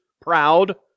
proud